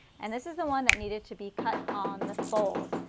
and this is the one that needed to be cut on the fold.